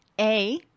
A-